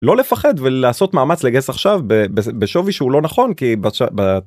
לא לפחד ולעשות מאמץ לגייס עכשיו בשווי שהוא לא נכון כי..